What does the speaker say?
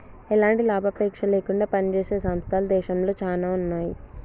ఎలాంటి లాభాపేక్ష లేకుండా పనిజేసే సంస్థలు దేశంలో చానా ఉన్నాయి